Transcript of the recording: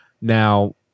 now